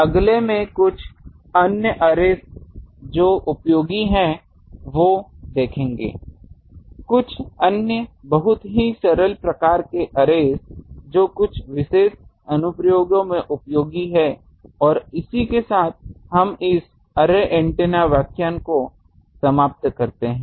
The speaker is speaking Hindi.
अगले में कुछ अन्य अर्रेस जो उपयोगी हैं वो देखेंगे कुछ अन्य बहुत ही सरल प्रकार के अर्रेस जो कुछ विशेष अनुप्रयोगों में उपयोगी हैं और इसी के साथ हम इस अर्रे ऐन्टेना व्याख्यान को समाप्त करते हैं